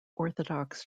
orthodox